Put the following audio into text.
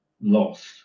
lost